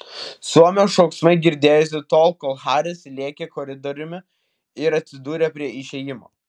suomio šauksmai girdėjosi tol kol haris lėkė koridoriumi ir atsidūrė prie išėjimo